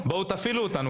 בואו ותפעילו אותנו.